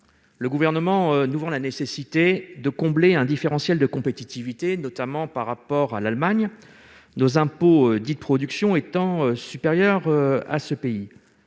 Le Gouvernement nous vend la nécessité de combler un différentiel de compétitivité, notamment par rapport à l'Allemagne, où les impôts dits « de production » seraient moins